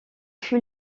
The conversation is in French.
fut